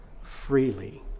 freely